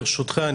ברשותך,